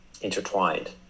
intertwined